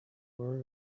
where